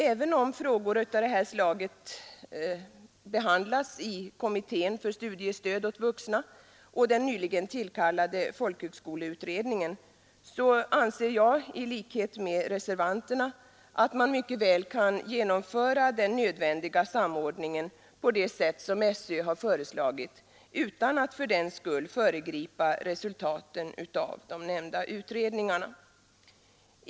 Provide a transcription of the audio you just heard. Även om frågor av detta slag behandlas i kommittén för studiestöd åt vuxna och i den nyligen tillkallade folkhögskoleutredningen, så anser jag i likhet med reservanterna att man mycket väl kan genomföra den nödvändiga samordningen på det sätt SÖ föreslagit utan att fördenskull föregripa resultaten av de nämnda utredningarna.